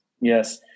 yes